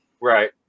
Right